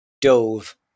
dove